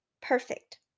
Perfect